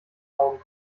augen